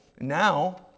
now